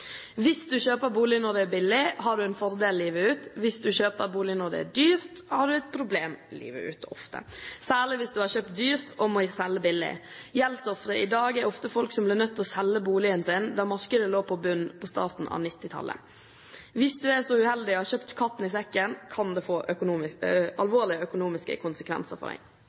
Hvis du kjøper bolig når det er billig, har du en fordel livet ut. Hvis du kjøper bolig når det er dyrt, har du ofte et problem livet ut. Særlig hvis du har kjøpt dyrt og må selge billig. Gjeldsofre i dag er ofte folk som ble nødt til å selge da markedet lå på bunnen i starten av 1990-tallet. Hvis du er så uheldig å ha kjøpt katta i sekken, kan det få alvorlige økonomiske konsekvenser for deg. Nettopp fordi bolig er den